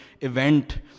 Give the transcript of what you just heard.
event